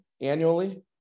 annually